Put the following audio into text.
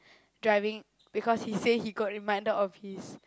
driving because he says he got reminded of his